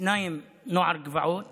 שניים נוער גבעות